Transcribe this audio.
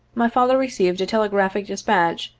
my father received a telegraphic despatch,